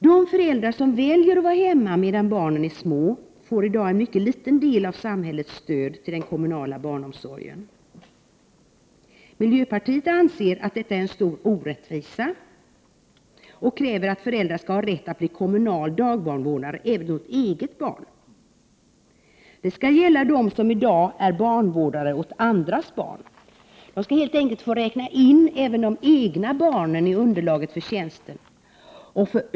De föräldrar som väljer att vara hemma medan barnen är små får i dag en mycket liten del av samhällets stöd till den kommunala barnomsorgen. Miljöpartiet anser att detta är en stor orättvisa. Vi kräver att föräldrar skall ha rätt att bli kommunala dagbarnvårdare även åt eget barn. Det skall gälla dem som i dag är barnvårdare åt andras barn. De skall helt enkelt få räkna in även det egna barnet i underlaget för tjänsten.